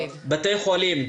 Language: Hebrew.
בבקשה.